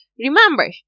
Remember